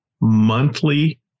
monthly